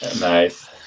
Nice